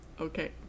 okay